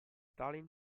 stalin